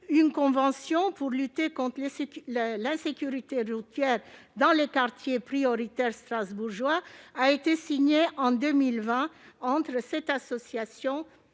une convention pour lutter contre l'insécurité routière dans les quartiers prioritaires strasbourgeois a été signée en 2020 entre cette association et